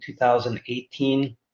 2018